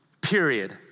period